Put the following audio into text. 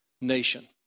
nation